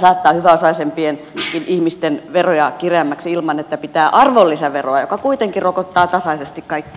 saattaa hyväosaisempienkin ihmisten veroja kireämmäksi ilman että pitää nostaa arvonlisäveroa joka kuitenkin rokottaa tasaisesti kaikkia